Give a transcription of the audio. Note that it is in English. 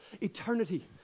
eternity